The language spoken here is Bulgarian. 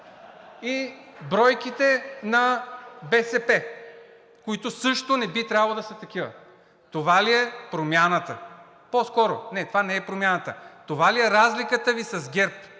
И бройките на БСП, които също не би трябвало да са такива. Това ли е промяната Ви? По-скоро не, това не е промяната. Това ли е разликата Ви с ГЕРБ?